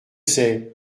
c’est